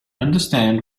understand